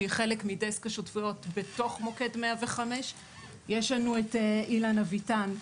שהיא חלק מדסק השותפויות בתוך מוקד 105. יש לנו את אילן אביטן,